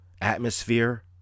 atmosphere